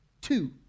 two